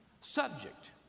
subject